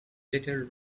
little